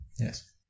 Yes